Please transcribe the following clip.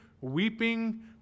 weeping